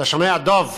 אתה שומע, דב?